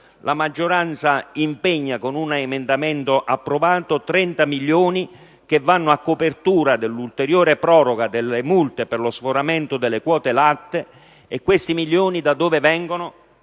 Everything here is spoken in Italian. la maggioranza impegna, con un emendamento approvato, 30 milioni che vanno a copertura dell'ulteriore proroga delle multe per lo sforamento delle quote latte. E questi milioni da dove vengono?